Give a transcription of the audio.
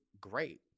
great